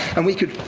and we could,